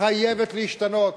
חייבת להשתנות.